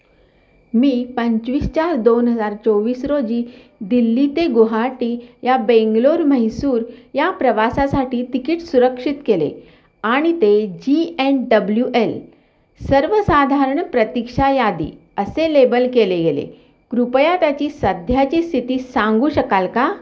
मी पंचवीस चार दोन हजार चोवीस रोजी दिल्ली ते गुवाहाटी या बेंगलोर म्हैसूर या प्रवासासाठी तिकीट सुरक्षित केले आणि ते जी एन डब्ल्यू एल सर्वसाधारण प्रतीक्षा यादी असे लेबल केले गेले कृपया त्याची सध्याची स्थिती सांगू शकाल का